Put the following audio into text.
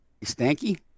Stanky